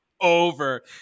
over